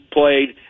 played